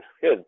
Good